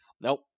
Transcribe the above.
Nope